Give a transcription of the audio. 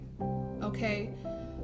Okay